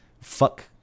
Fuck